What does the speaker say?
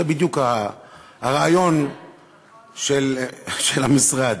זה בדיוק הרעיון של המשרד.